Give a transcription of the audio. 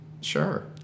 sure